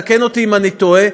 תקן אותי אם אני טועה,